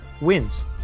wins